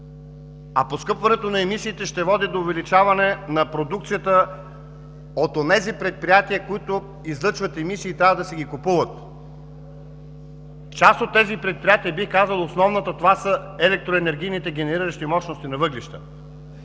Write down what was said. Поскъпването на емисиите ще води до увеличаване на продукцията от онези предприятия, които излъчват емисии и трябва да си ги купуват. Част от тези предприятия, бих казал основната част за електроенергийните генериращи мощности на въглища.